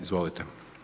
Izvolite.